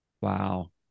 Wow